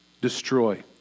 destroy